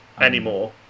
anymore